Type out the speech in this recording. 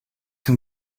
can